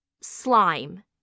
slime